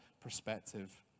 perspective